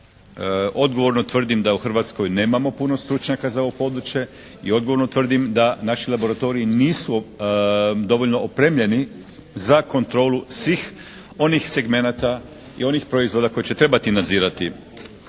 odgovorno tvrdim da u Hrvatskoj nemamo puno stručnjaka za ovo područje i odgovorno tvrdim da naši laboratoriji nisu dovoljno opremljeni za kontrolu svih onih segmenata i onih proizvoda koje će trebati nadzirati